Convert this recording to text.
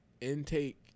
intake